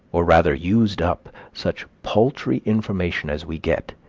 or rather used up, such paltry information as we get,